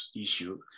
issue